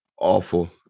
awful